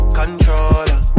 controller